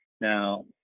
Now